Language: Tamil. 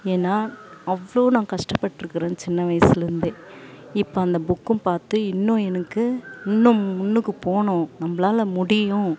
ஏன்னா அவ்வளோ நான் கஷ்டப்பட்ருக்குறேன் சின்ன வயசுலேருந்தே இப்போ அந்த புக்கும் பார்த்து இன்னும் எனக்கு இன்னும் முன்னுக்கு போகணும் நம்மளால முடியும்